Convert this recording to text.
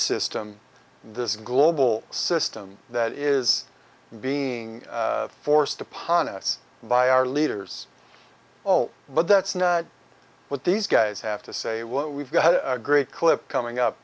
system this global system that is being forced upon us by our leaders oh but that's not what these guys have to say what we've got a great clip coming